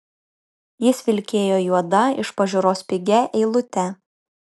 jis vilkėjo juoda iš pažiūros pigia eilute